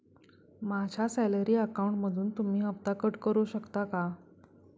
माझ्या सॅलरी अकाउंटमधून तुम्ही हफ्ता कट करू शकता का?